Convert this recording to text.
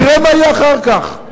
נראה מה יהיה אחר כך.